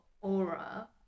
aura